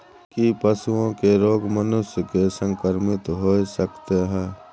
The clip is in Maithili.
की पशुओं के रोग मनुष्य के संक्रमित होय सकते है?